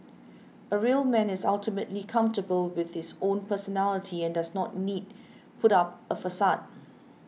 a real man is ultimately comfortable with his own personality and doesn't need put out a facade